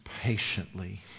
patiently